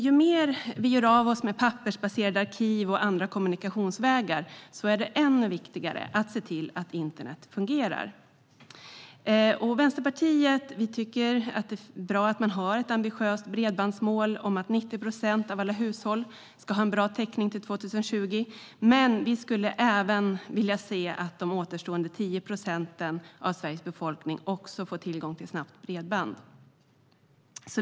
Ju mer vi gör oss av med pappersbaserade arkiv och andra kommunikationsvägar, desto viktigare är det att se till att internet fungerar. Vänsterpartiet tycker att det är bra att man har ett ambitiöst bredbandsmål om att 90 procent av alla hushåll ska ha en bra täckning till 2020, men vi skulle vilja se att även återstående 10 procent av Sveriges befolkning får tillgång till snabbt bredband.